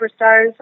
Superstars